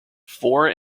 four